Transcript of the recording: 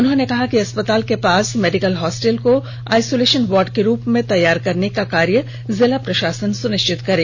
उन्होंने कहा कि अस्पताल के पास मेडिकल हॉस्टल को आइसोलेषन वार्ड के रूप में तैयार करने के कार्य जिला प्रषासन सुनिष्चित करे